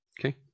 Okay